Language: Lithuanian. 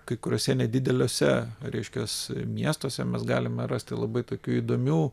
kai kuriuose nedideliuose reiškias miestuose galima rasti labai tokių įdomių